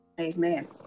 Amen